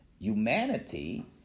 Humanity